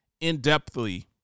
in-depthly